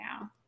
now